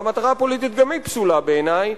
והמטרה הפוליטית גם היא פסולה בעיני,